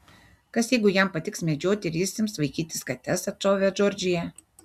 kas jeigu jam patiks medžioti ir jis ims vaikytis kates atšovė džordžija